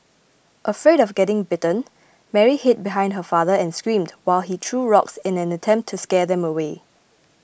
afraid of getting bitten Mary hid behind her father and screamed while he threw rocks in an attempt to scare them away